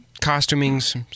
costuming's